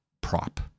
prop